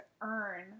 earn